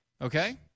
Okay